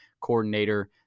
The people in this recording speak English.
coordinator